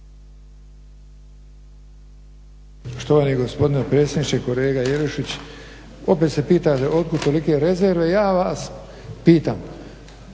Štovani gospodine predsjedniče. Kolega Jelušić opet se pitate otkud tolike rezerve. Ja vas pitam